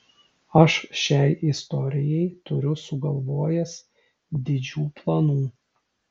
aš šiai istorijai turiu sugalvojęs didžių planų